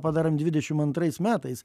padarėm dvidešim antrais metais